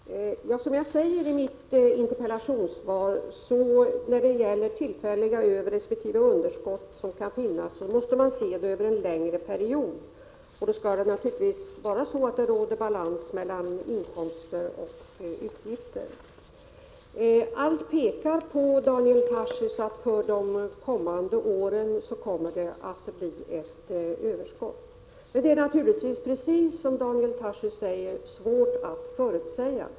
Herr talman! Som jag säger i mitt interpellationssvar om tillfälliga överresp. underskott som kan finnas, måste man se dem över en längre period, och då skall det naturligtvis råda balans mellan inkomster och utgifter. Allt pekar på, Daniel Tarschys, att det för de kommande åren blir ett överskott. Men det är som Daniel Tarschys säger svårt att förutsäga.